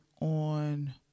on